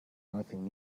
nothing